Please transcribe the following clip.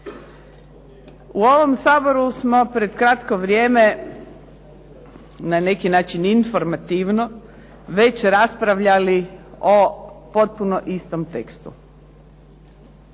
U ovom Saboru smo pred kratko vrijeme na neki način informativno već raspravljali o potpuno istom tekstu.